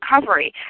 recovery